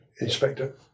inspector